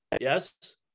Yes